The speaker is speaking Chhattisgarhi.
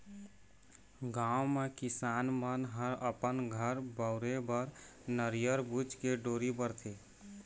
गाँव म किसान मन ह अपन घर बउरे बर नरियर बूच के डोरी बरथे